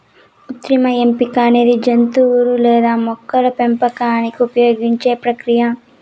కృత్రిమ ఎంపిక అనేది జంతువులు లేదా మొక్కల పెంపకానికి ఉపయోగించే ప్రక్రియ